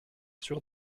sûr